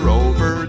over